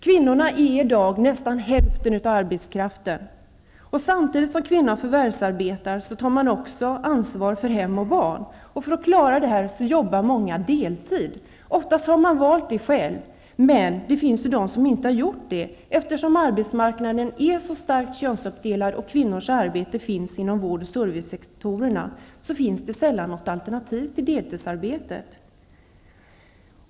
Kvinnorna utgör i dag nästan hälften av arbetskraften. Samtidigt som kvinnan förvärvsarbetar tar hon också ansvar för hem och barn. För att klara detta arbetar många kvinnor deltid. Ofta har de gjort valet själva, men det finns kvinnor som inte gjort detta val. Eftersom arbetsmarknaden är starkt könsuppdelad och kvinnors arbete ofta gäller vård och servicesektorerna finns det sällan finns något alternativ till deltidsarbetet.